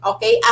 Okay